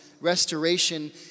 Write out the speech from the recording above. restoration